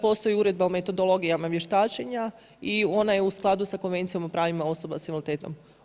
Postoji Uredba o metodologijama vještačenja i ona je u skladu sa Konvencijom o pravima osoba s invaliditetom.